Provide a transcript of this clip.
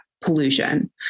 pollution